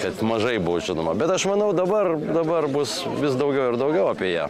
kad mažai buvo žinoma bet aš manau dabar dabar bus vis daugiau ir daugiau apie ją